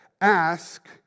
Ask